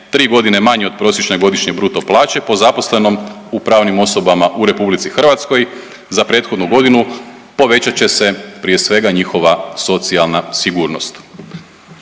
3 godine manje od prosječne godišnje bruto plaće po zaposlenom u pravnim osobama u RH za prethodnu godinu povećat će se prije svega njihova socijalna sigurnost.